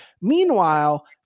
Meanwhile